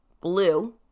blue